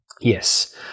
yes